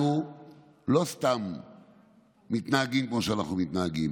אנחנו לא סתם מתנהגים כמו שאנחנו מתנהגים,